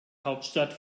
hauptstadt